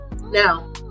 Now